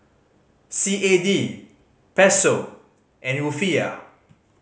C A D Peso and Rufiyaa